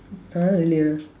!huh! really ah